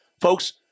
Folks